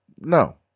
no